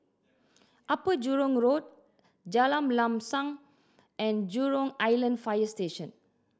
Upper Jurong Road Jalan Lam Sam and Jurong Island Fire Station